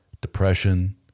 depression